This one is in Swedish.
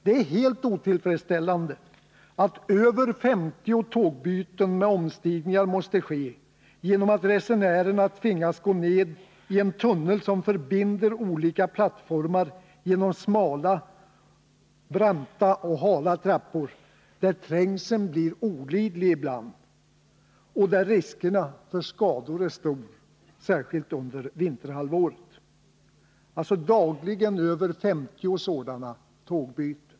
Det är helt otillfredsställande att över 50 tågbyten med omstigningar måste ske genom att resenärerna tvingas gå ned i en tunnel, som förbinder olika plattformar genom smala, branta och hala trappor, där trängseln blir olidlig ibland och där riskerna för skador är stora, särskilt under vinterhalvåret. Det gäller alltså dagligen över 50 sådana tågbyten.